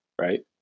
right